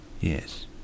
Yes